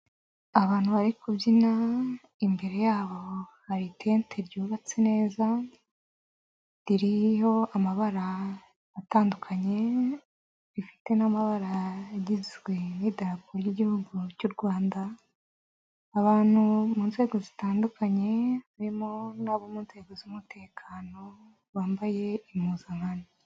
Abantu bari kubyina imbere yabo hari itente ryubatse neza. Ririho amabara atandukanye, rifite n'amabara agizwe n'idarapo ry'Igihugu cy'u Rwanda. Abantu mu nzego zitandukanye harimo n'abo mu nzego z'umutekano bambaye impuzankano.